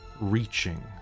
reaching